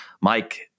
mike